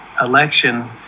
election